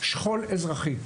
שכול אזרחי.